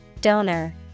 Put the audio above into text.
Donor